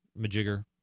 majigger